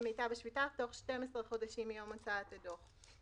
מיטב השפיטה בתוך 12 חודשים מיום הוצאת הדוח.